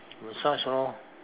massage lor